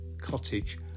cottage